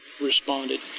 responded